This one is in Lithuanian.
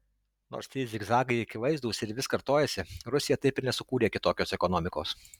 nors tie zigzagai akivaizdūs ir vis kartojasi rusija taip ir nesukūrė kitokios ekonomikos